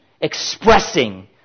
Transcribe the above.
expressing